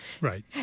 Right